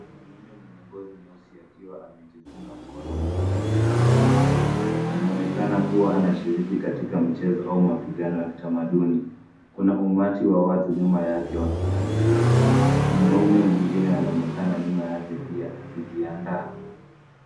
Mwanaume mwenye ngozi nyeusi akiwa amejifunga mkono mmoja kwa kamba au nguo. Anaonekana kuwa anashiriki katika mchezo au mapigano ya kitamaduni. Kuna umati wa watu nyuma yake wakiangalia. Mwanaume mwingine anaonekana nyuma yake pia akijiandaa.